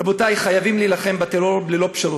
רבותי, חייבים להילחם בטרור ללא פשרות,